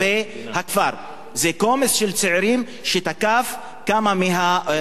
זה קומץ של צעירים שתקף כמה מהעובדים הסודנים.